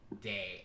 day